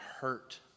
hurt